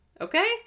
okay